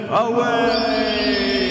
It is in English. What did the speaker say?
away